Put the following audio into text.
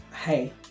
hey